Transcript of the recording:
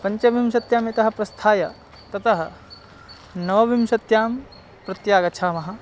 पञ्चविंशत्यां यतः प्रस्थाय ततः नवविंशत्यां प्रत्यागच्छामः